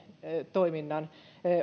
toiminnan